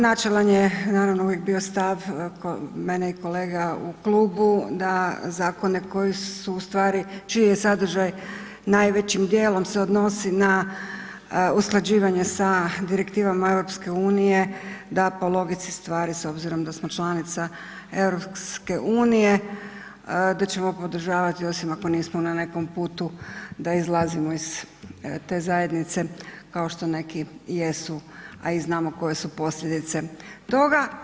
Načelan je, naravno uvijek bio stav mene i kolega u klubu da zakone koji su u stvari, čiji je sadržaj, najvećim dijelom se odnosi na usklađivanje sa direktivama EU da po logici stvari s obzirom da smo članica EU, da ćemo podržavati osim ako nismo na nekom putu da izlazimo iz te zajednice kao što neki jesu, a i znamo koje su posljedice toga.